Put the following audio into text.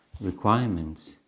requirements